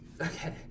okay